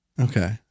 Okay